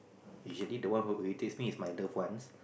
usually the one who irritates me is my loved ones